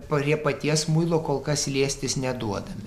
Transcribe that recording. prie paties muilo kol kas liestis neduodam